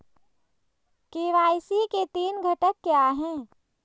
KYC के तीन घटक क्या हैं?